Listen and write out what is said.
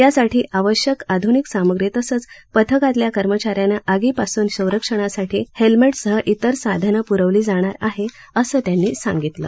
यासाठी आवश्यक आध्निक सामुग्री तसंच पथकातल्या कर्मचाऱ्यांना आगीपासून संरक्षणासाठी हेल्मिटसह इतर साधनं प्रवली जाणार आहेत असं त्यांनी सांगितलं